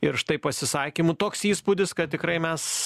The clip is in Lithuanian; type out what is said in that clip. ir štai pasisakymų toks įspūdis kad tikrai mes